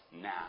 now